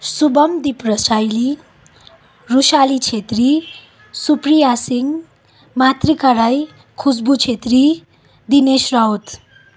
Shubhamdeep Rasaili Rosali Chhetri Supriya Singh Matrika Rai Khusbu Chhetri Dinesh Rawat